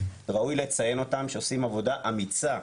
ראוי לציין אותם שהם עושים עבודה אמיצה.